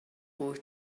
wyt